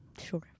Sure